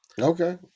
Okay